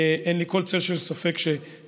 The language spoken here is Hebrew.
אין לי כל צל של ספק שתצליח,